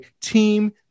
Team